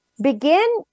Begin